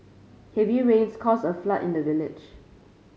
heavy rains caused a flood in the village